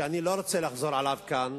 שאני לא רוצה לחזור עליו כאן,